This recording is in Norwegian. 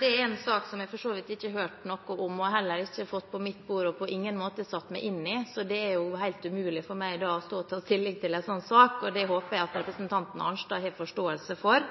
Det er en sak som jeg for så vidt ikke har hørt noe om, og heller ikke har fått på mitt bord, og på ingen måte har satt meg inn i, så det er helt umulig for meg å stå og ta stilling til en slik sak. Det håper jeg at representanten Arnstad har forståelse for.